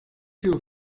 viel